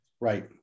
Right